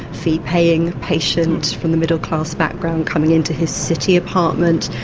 fee-paying patient from the middle-class background coming into his city apartment,